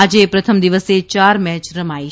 આજે પ્રથમ દિવસે યાર મેય રમાઇ છે